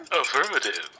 Affirmative